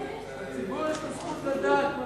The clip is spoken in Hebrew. לציבור יש זכות לדעת מה